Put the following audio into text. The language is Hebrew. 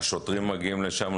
השוטרים מגיעים לשם,